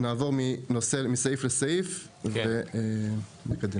נעבור מסעיף לסעיף ונתקדם.